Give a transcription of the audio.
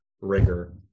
rigor